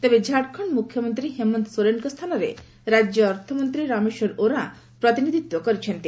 ତେବେ ଝାଡ଼ଖଣ୍ଡ ମୁଖ୍ୟମନ୍ତୀ ହେମନ୍ତ ସୋରେନଙ୍ଙ ସ୍ତାନରେ ଅର୍ଥମନ୍ତୀ ରାମେଶ୍ୱର ଓରାମ୍ ପ୍ରତିନିଧିତ୍ୱ କରିଛନ୍ତି